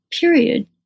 period